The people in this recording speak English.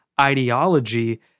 Ideology